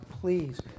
Please